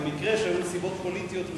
זה מקרה שהיו נסיבות פוליטיות.